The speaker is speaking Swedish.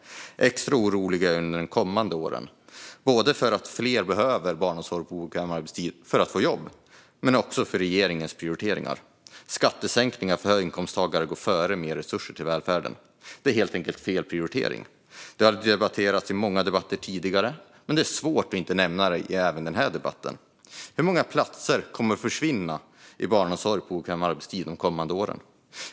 Extra orolig är jag inför de kommande åren, både för att fler behöver barnomsorg på obekväm arbetstid för att få jobb och för regeringens prioriteringar. Skattesänkningar för höginkomsttagare går före mer resurser till välfärden. Det är helt enkelt fel prioritering. Det har debatterats i många debatter tidigare, men det är svårt att inte nämna det även i denna debatt. Hur många platser kommer att försvinna i barnomsorg på obekväm arbetstid de kommande åren?